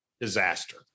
Disaster